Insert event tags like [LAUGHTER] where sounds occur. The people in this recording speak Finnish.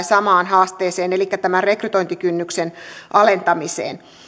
[UNINTELLIGIBLE] samaan haasteeseen elikkä tämän rekrytointikynnyksen alentamiseen